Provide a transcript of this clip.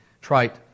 trite